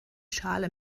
schale